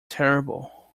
terrible